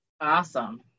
Awesome